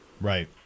Right